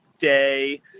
day